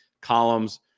columns